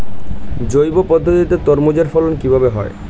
জৈব পদ্ধতিতে তরমুজের ফলন কিভাবে হয়?